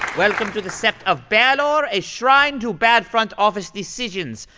welcome to the sept of baylor, a shrine to bad front-office decisions,